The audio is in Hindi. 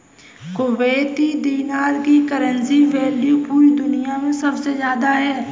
कुवैती दीनार की करेंसी वैल्यू पूरी दुनिया मे सबसे ज्यादा है